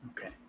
Okay